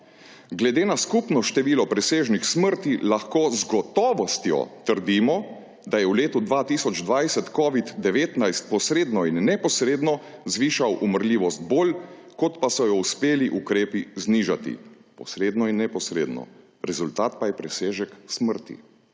»Glede na skupno število presežnih smrti lahko z gotovostjo trdimo, da je v letu 2020 covid-19 posredno in neposredno zvišal umrljivost bolj, kot pa so jo uspeli ukrepi znižati posredno in neposredno. Rezultat pa je presežek smrti.«